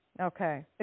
Okay